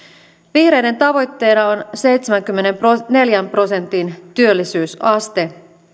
vihreiden tavoitteena on seitsemänkymmenenneljän prosentin työllisyysaste